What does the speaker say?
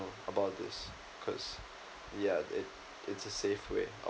about this because yeah it it's a safe way